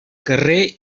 carrer